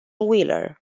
wheeler